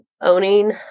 owning